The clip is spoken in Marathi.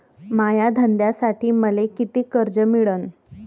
माया धंद्यासाठी मले कितीक कर्ज मिळनं?